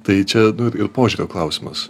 tai čia nu ir požiūrio klausimas